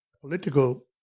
political